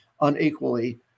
unequally